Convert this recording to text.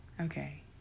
okay